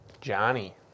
johnny